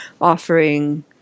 offering